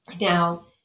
Now